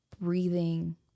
breathing